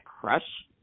crush